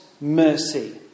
mercy